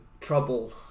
trouble